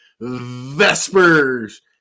Vespers